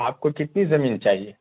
آپ کو کتنی زمین چاہیے